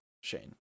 Shane